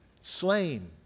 slain